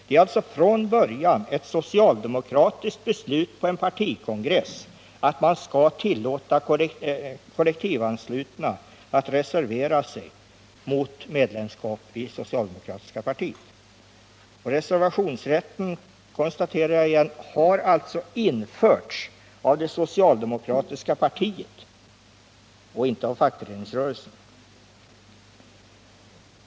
Det är alltså från början ett socialdemokratiskt beslut på en partikongress att man skall tillåta kollektivanslutna att reservera sig mot medlemskap i det socialdemokratiska partiet. Reservationsrätten har alltså, konstaterar jag igen, införts av det socialdemokratiska partiet och inte av fackföreningsrörelsen.